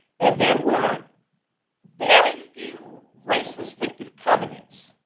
and there were very few race-restrictive covenants